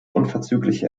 unverzügliche